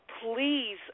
please